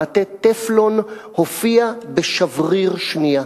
מעטה טפלון הופיע בשבריר שנייה: